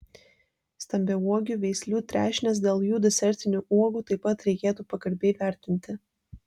stambiauogių veislių trešnes dėl jų desertinių uogų taip pat reikėtų pagarbiai vertinti